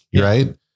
right